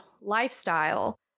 lifestyle